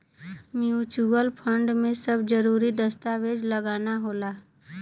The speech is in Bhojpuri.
म्यूचुअल फंड में सब जरूरी दस्तावेज लगाना होला